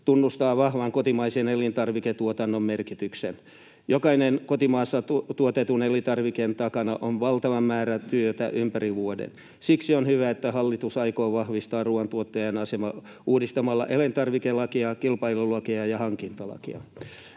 tunnustaa vahvan kotimaisen elintarviketuotannon merkityksen. Jokaisen kotimaassa tuotetun elintarvikkeen takana on valtava määrä työtä ympäri vuoden. Siksi on hyvä, että hallitus aikoo vahvistaa ruoantuottajan asemaa uudistamalla elintarvikelakia, kilpailulakia ja hankintalakia.